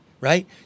Right